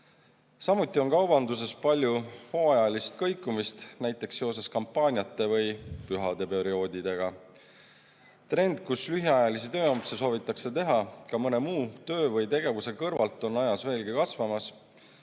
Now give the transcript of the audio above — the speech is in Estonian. Samuti on kaubanduses palju hooajalist kõikumist, näiteks seoses kampaaniate või pühadeperioodidega. Trend, kus lühiajalisi tööampse soovitakse teha ka mõne muu töö või tegevuse kõrvalt, on ajas veelgi kasvamas